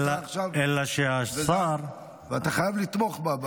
ואתה עכשיו חייב לתמוך בה.